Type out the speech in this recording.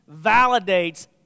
validates